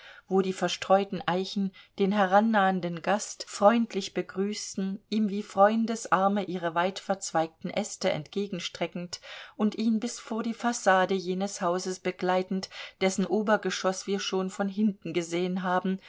wo die verstreuten eichen den herannahenden gast freundlich begrüßten ihm wie freundesarme ihre weitverzweigten äste entgegenstreckend und ihn bis vor die fassade jenes hauses begleitend dessen obergeschoß wir schon von hinten gesehen haben